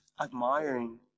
admiring